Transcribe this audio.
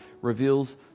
reveals